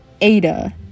Ada